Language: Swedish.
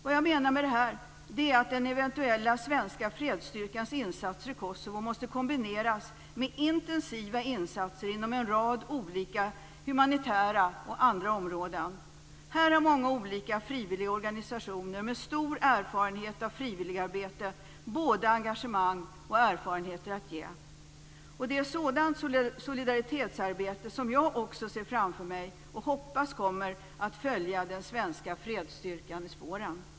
Vad jag menar med detta är att den eventuella svenska fredsstyrkans insatser i Kosovo måste kombineras med intensiva insatser inom en rad olika humanitära och andra områden. Här har många olika frivilliga organisationer med stor erfarenhet av frivilligarbete både engagemang och erfarenheter att ge. Det är sådant solidaritetsarbete som jag också ser framför mig och hoppas kommer att följa den svenska fredsstyrkan i spåren.